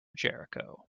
jericho